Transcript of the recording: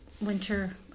winter